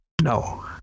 no